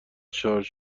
شارژ